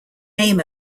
aim